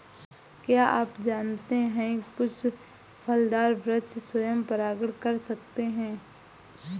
क्या आप जानते है कुछ फलदार वृक्ष स्वयं परागण कर सकते हैं?